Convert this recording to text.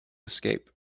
escape